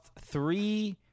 three